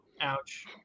Ouch